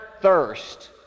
thirst